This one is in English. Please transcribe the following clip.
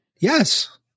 yes